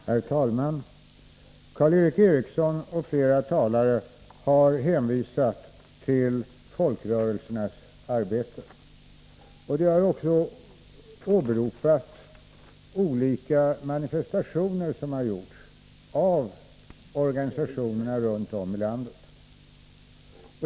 Herr talman! Karl Erik Eriksson och flera andra talare har hänvisat till folkrörelsernas arbete. Man har också åberopat olika manifestationer som har gjorts av organisationer runt om i landet.